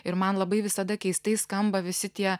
ir man labai visada keistai skamba visi tie